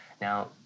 Now